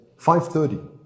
5.30